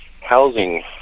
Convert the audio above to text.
housing